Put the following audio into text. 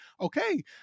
Okay